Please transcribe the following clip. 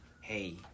Hey